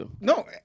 No